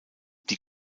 die